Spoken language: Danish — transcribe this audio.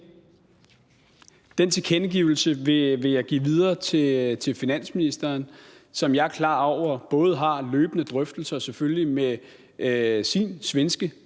Den tilkendegivelse vil jeg give videre til finansministeren, som jeg er klar over selvfølgelig både har løbende drøftelser med sin svenske